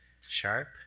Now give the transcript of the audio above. sharp